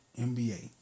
NBA